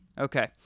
Okay